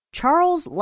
Charles